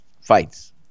fights